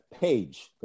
page